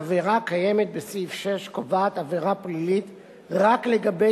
העבירה הקיימת בסעיף 6 קובעת עבירה פלילית רק לגבי